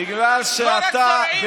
בגלל שאתה,